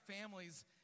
families